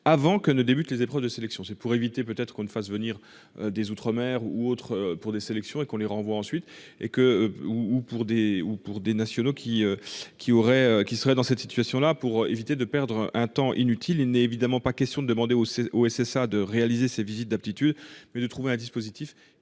avant que ne débutent les épreuves de sélection. C'est pour éviter peut-être qu'on ne fasse venir des outre-mer ou autre pour des sélections et qu'on les renvoie ensuite et que ou pour des ou pour des nationaux qui qui aurait, qui serait dans cette situation-là, pour éviter de perdre un temps inutile et n'est évidemment pas question de demander au OSS de réaliser ces visites d'aptitude mais de trouver un dispositif